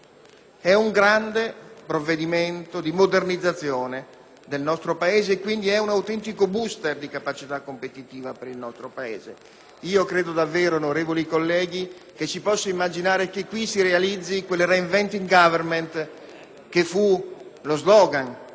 È un grande provvedimento di modernizzazione del nostro Paese ed è quindi un autentico *booster* di capacità competitiva. Credo davvero, onorevoli colleghi, che si possa immaginare che qui si realizzi quel *reinventing* *government* che fu lo slogan